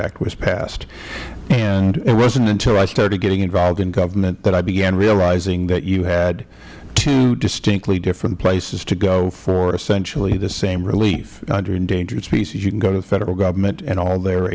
act was passed and it wasnt until i started getting involved in government that i began realizing that you had two distinctly different places to go for essentially the same relief under endangered species you can go to the federal government and all their